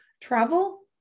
travel